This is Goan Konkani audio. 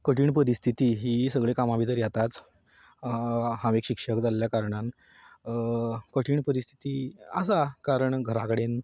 कठीण परिस्थिती ही सगळे कामा भितर येताच हांव एक शिक्षक जाल्ल्या कारणान कठीण परिस्थिती आसा कारण घरा कडेन